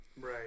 Right